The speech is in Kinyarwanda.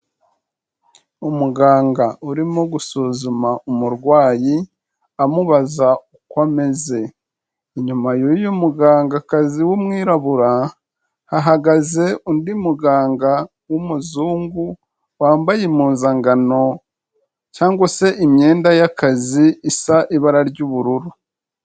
Umuganga urimo gusuzuma umurwayi amubaza uko ameze. Inyuma y'uyu mugangakazi w'umwirabura, hahagaze undi muganga w'umuzungu, wambaye impuzangano cyangwa se imyenda y'akazi isa ibara ry'ubururu.